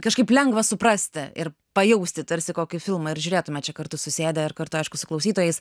kažkaip lengva suprasti ir pajausti tarsi kokį filmą ir žiūrėtume čia kartu susėdę ir kartu aišku su klausytojais